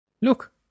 Look